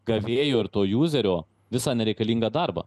gavėjo ir to juzerio visą nereikalingą darbą